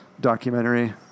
Documentary